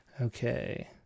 Okay